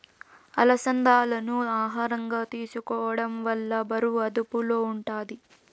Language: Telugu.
అలసందాలను ఆహారంగా తీసుకోవడం వల్ల బరువు అదుపులో ఉంటాది